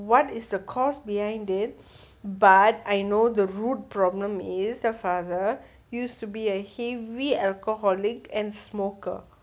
what is the cause behind it but I know the root problem is the father used to be a heavy alcoholic and smoker